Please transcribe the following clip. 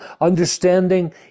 understanding